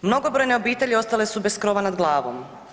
Mnogobrojne obitelji ostale su bez krova nad glavom.